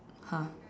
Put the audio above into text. !huh!